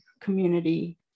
community